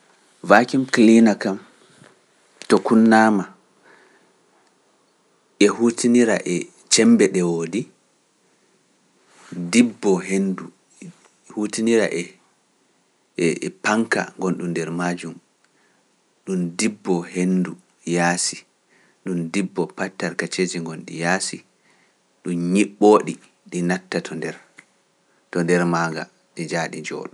Vacuum kilina kam to kunnaama e huttinira e cembe ɗe woodi, dibbo hendu huttinira e panka gonɗun nder majum, ɗum dibbo hendu yaasi, ɗum dibbo pat tarkaceji ngondi yaasi, ɗum ñiɓɓo ɗi ɗi natta to nder maaga ɗi njaha di njooɗo.